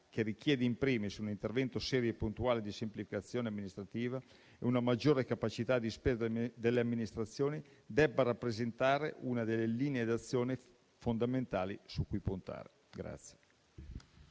che richiede *in primis* un intervento serio e puntuale di semplificazione amministrativa e una maggiore capacità di spesa delle amministrazioni, debba rappresentare una delle linee d'azione fondamentali su cui puntare.